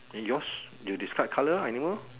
then yours you describe colour anymore